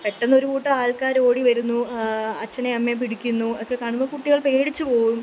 പെട്ടെന്നൊരു കൂട്ടം ആൾക്കാരോടി വരുന്നു അച്ഛനേയും അമ്മയേയും പിടിക്കുന്നു ഒക്കെ കാണുമ്പോൾ കുട്ടികൾ പേടിച്ച് പോകും